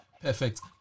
Perfect